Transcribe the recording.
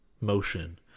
motion